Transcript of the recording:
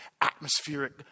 atmospheric